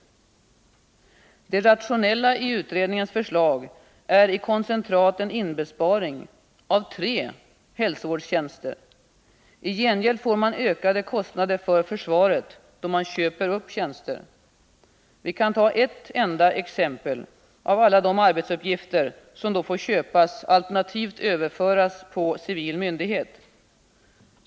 Det rationella i utredningens förslag är i koncentrat en inbesparing av tre hälsovårdstjänster. I gengäld får man ökade kostnader för försvaret, då man köper upp tjänster. Vi kan ta ett enda exempel på de arbetsuppgifter som då får köpas, alternativt överföras på civil myndighet.